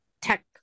tech